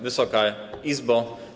Wysoka Izbo!